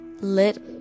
lit